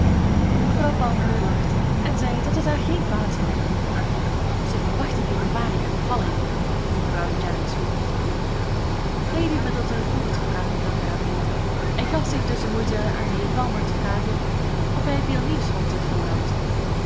mevrouw palmer lachte en zei dat het haar geen kwaad zou doen ze verwacht in februari haar bevalling ging mevrouw jennings voort lady middleton kon dat gepraat niet langer aanhooren en gaf zich dus de moeite aan den heer palmer te vragen of hij veel nieuws vond in de courant